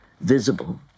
visible